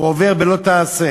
הוא עובר בלא-תעשה.